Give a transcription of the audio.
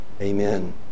amen